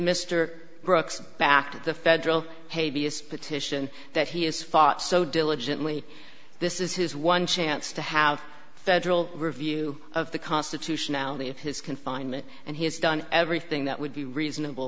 brooks back to the federal hate b s petition that he has fought so diligently this is his one chance to have federal review of the constitutionality of his confinement and he has done everything that would be reasonable